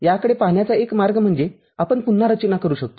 याकडे पाहण्याचा एक मार्ग म्हणजे आपण पुन्हा रचना करू शकतो